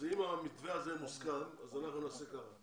אם המתווה הזה מוסכם אז נעשה ככה,